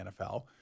NFL